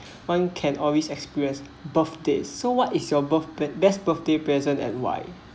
one can always experience birthdays so what is your birth~ best birthday present and why